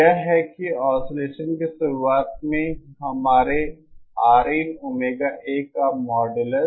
यह है कि ऑसिलेसन की शुरुआत में हमारे RinOmegaA का मॉड्यूलस